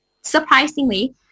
surprisingly